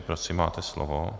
Prosím, máte slovo.